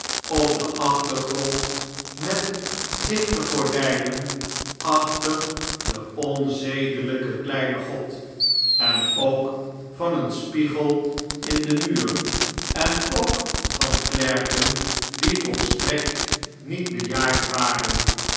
op den achtergrond met dichte gordijnen achter den onzedelijken kleinen god en ook van een spiegel in den muur en ook van klerken die volstrekt niet bejaard waren